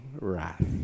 wrath